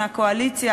מהקואליציה,